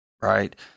Right